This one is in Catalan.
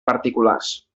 particulars